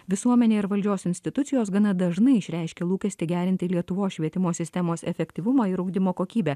visuomenė ir valdžios institucijos gana dažnai išreiškia lūkestį gerinti lietuvos švietimo sistemos efektyvumą ir ugdymo kokybę